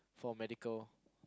for medical